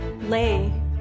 lay